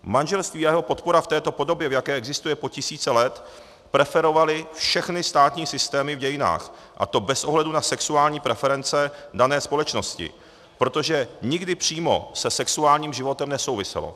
Manželství a jeho podpora v této podobě, v jaké existuje po tisíce let, preferovaly všechny státní systémy v dějinách, a to bez ohledu na sexuální preference dané společnosti, protože nikdy přímo se sexuálním životem nesouviselo.